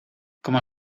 cómo